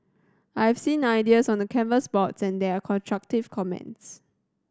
I've seen ideas on the canvas boards and there are constructive comments